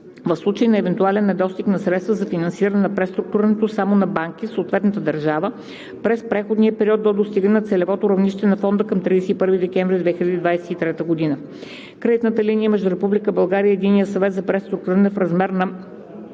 в случай на евентуален недостиг на средства за финансиране на преструктурирането само на банки в съответната държава през преходния период до достигане на целевото равнище на Фонда към 31 декември 2023 г. Кредитната линия между Република България и Единния съвет за преструктуриране е в размер на